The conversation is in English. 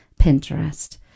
Pinterest